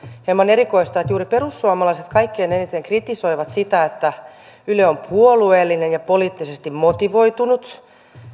hieman erikoista että juuri perussuomalaiset kaikkein eniten kritisoivat ja sanovat että yle on puolueellinen ja poliittisesti motivoitunut